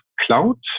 cloud